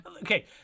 okay